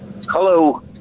Hello